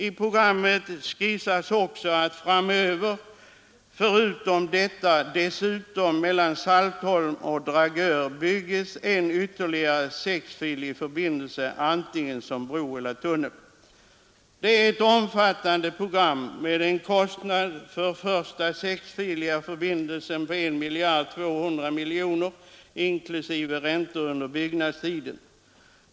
I programmet skissas också att framöver dessutom mellan Saltholm och Dragör bygges en ytterligare sexfilig förbindelse antingen som bro eller tunnel. Det är ett omfattande program med en kostnad för den första sexfiliga förbindelsen på 1 200 miljoner kronor inklusive räntor under byggnadstiden.